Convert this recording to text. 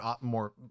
more